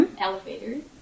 Elevators